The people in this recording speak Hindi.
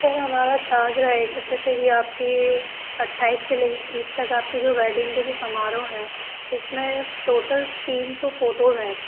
सर हमारा चार्ज है कुछ ऐसे कि आपके अट्ठाईस से ले कर तीस तक आपकी जो वेडिंग के जो समारोह हैं उस में टोटल तीन सौ फ़ोटोज़ हैं